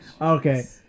okay